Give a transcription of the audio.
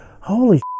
holy